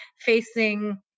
facing